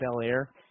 Belair